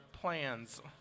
Plans